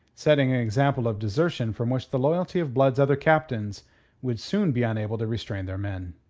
setting an example of desertion from which the loyalty of blood's other captains would soon be unable to restrain their men.